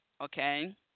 okay